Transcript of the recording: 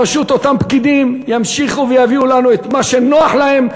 פשוט אותם פקידים ימשיכו ויביאו לנו את מה שנוח להם,